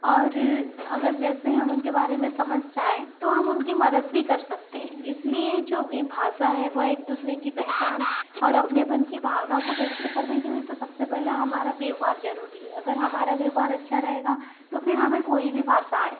और अगर जैसे हम उनके बारे में समझ जाएँ तो हम उनकी मदद भी कर सकते हैं इसलिए जो भाषा है वह एक दूसरे की पहचान और अपनेपन की भावना को व्यक्त करने के लिए तो सबसे पहले हमारा व्यवहार जरूरी है अगर हमारा व्यवहार अच्छा रहेगा तो फिर हमे कोई भी भाषा आए